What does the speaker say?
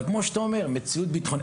אבל כמו שאתה אומר, יש גם מציאות ביטחונית.